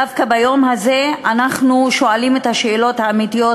דווקא ביום הזה אנחנו שואלים את השאלות האמיתיות,